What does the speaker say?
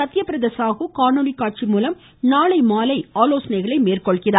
சத்தியபிரதா சாகு காணொலி காட்சி மூலம் நாளை மாலை ஆலோசனை மேள்கொள்கிறார்